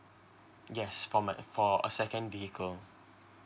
yes from a for a second vehicle